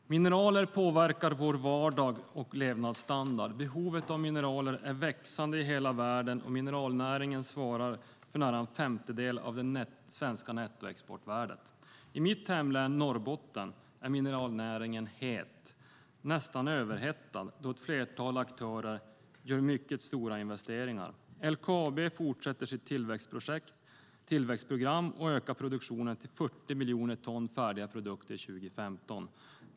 Fru talman! Mineraler påverkar vår vardag och levnadsstandard. Behovet av mineraler är växande i hela världen, och mineralnäringen svarar för nära en femtedel av det svenska nettoexportvärdet. I mitt hemlän Norrbotten är mineralnäringen het, nästan överhettad, då ett flertal aktörer gör mycket stora investeringar. LKAB fortsätter sitt tillväxtprogram och ökar produktionen till 40 miljoner ton färdiga produkter år 2015.